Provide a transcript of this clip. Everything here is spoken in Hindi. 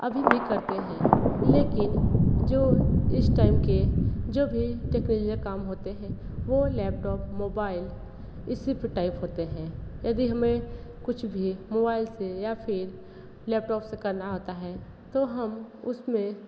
अभी भी करते हैं लेकिन जो इस टाइम के जो भी टेक्न्लिया काम होते हैं वह लैपटाप मोबाइल इसी पर टाइप होते हैं यदि हमें कुछ भी मोबाइल से या लैपटॉप से करना होता है तो हम उसमें